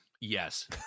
Yes